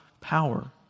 power